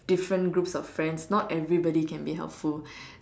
different groups of friends not everybody can be helpful